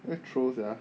very troll sia